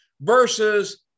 versus